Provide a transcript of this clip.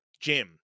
Jim